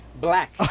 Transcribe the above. black